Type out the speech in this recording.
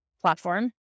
platform